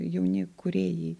jauni kūrėjai